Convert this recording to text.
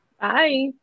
Bye